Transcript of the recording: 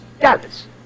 Dallas